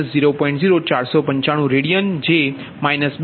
0495 radian છે જે 2